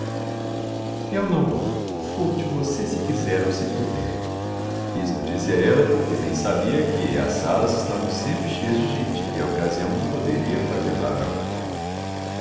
eu não dou furte o você se quiser ou se puder isto dizia ela porque bem sabia que as salas estavam sempre cheias de gente e a ocasião não poderia fazer o ladrão